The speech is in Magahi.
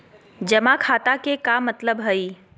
जमा खाता के का मतलब हई?